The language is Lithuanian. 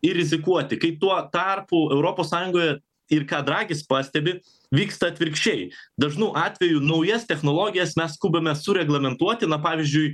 ir rizikuoti kai tuo tarpu europos sąjungoje ir ką dragis pastebi vyksta atvirkščiai dažnu atveju naujas technologijas mes skubame sureglamentuoti na pavyzdžiui